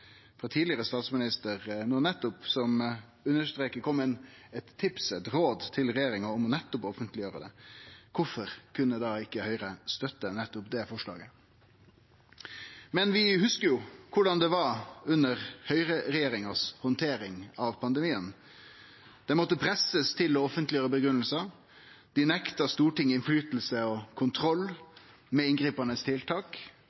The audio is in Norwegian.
nettopp kom med eit tips, eit råd, til regjeringa om å offentleggjere det. Kvifor kunne ikkje Høgre da støtte nettopp det forslaget? Men vi hugsar jo korleis det var under høgreregjeringa si handtering av pandemien. Dei måtte pressast til å offentleggjere grunngivingar; dei nekta Stortinget innflytelse og kontroll med inngripande tiltak.